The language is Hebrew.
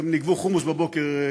איך הם ניגבו חומוס בבוקר.